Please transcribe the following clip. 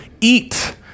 eat